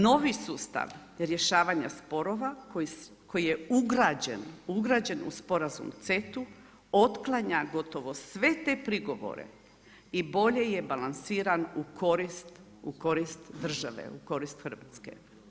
Novi sustav rješavanja sporova koji je ugrađen u sporazum CETA-u otklanja gotovo sve te prigovore i bolje je balansiran u korist države u korist Hrvatske.